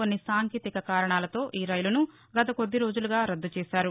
కొన్ని సాంకేతిక కారణాలతో ఈ రైళ్లను గత కొద్దిరోజులుగా రద్దు చేశారు